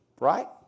Right